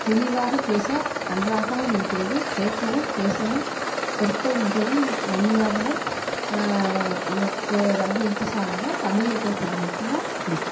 தெளிவாக பேச நன்றாகவும் இருக்கிறது கேட்கவும் பேசவும் சொற்கள் மிகவும் நன்மையாகவும் எனக்கு ரொம்ப இன்ட்ரஸ்ட் ஆகவும் தமிழை பேசுவது மட்டும் தான் பிடிக்கும்